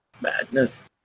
madness